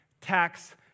tax